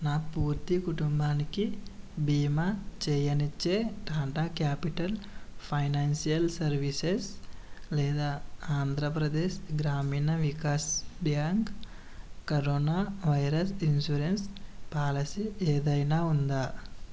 నా పూర్తి కుటుంబానికి బీమా చేయనిచ్చే టాటా క్యాపిటల్ ఫైనాన్షియల్ సర్వీసెస్ లేదా Andhra Pradesh Grameena Vikas Bank corona virus insurance policy ఏదైనా ఉందా